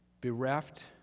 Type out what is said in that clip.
bereft